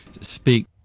speak